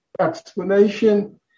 explanation